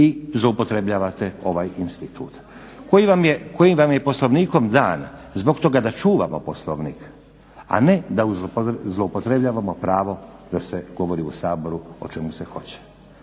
i zloupotrebljavate ovaj institut koji vam je Poslovnikom dan zbog toga da čuvamo Poslovnik a ne da zloupotrebljavamo pravo da se govori u Saboru o čemu se hoće.